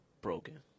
broken